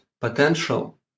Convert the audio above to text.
potential